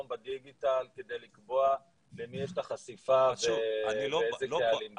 בדיגיטל כדי לקבוע למי יש את החשיפה ואיזה קהלים.